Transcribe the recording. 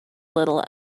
little